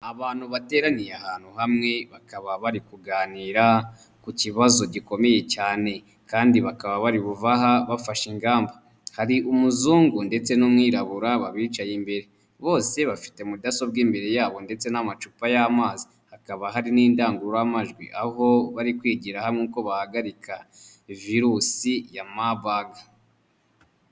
Abantu bateraniye ahantu hamwe bakaba bari kuganira ku kibazo gikomeye cyane, kandi bakaba bari buva aha bafashe ingamba. Hari umuzungu ndetse n'umwirabura babicaye imbere bose bafite mudasobwa imbere yabo ndetse n'amacupa y'amazi, hakaba hari n'indangururamajwi aho bari kwigira hamwe ko bahagarika virusi ya mabagi.